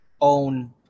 own